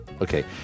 Okay